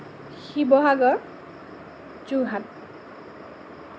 Sivasagar Jorhat